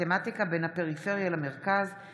בעקבות דיון מהיר בהצעתם של